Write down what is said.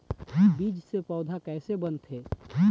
बीज से पौधा कैसे बनथे?